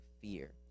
fear